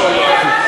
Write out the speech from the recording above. לא,